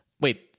Wait